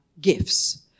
gifts